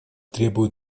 требует